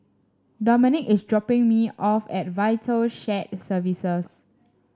Domonique is dropping me off at Vital Shared Services